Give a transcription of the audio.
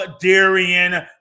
Darian